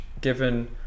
given